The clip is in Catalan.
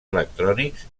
electrònics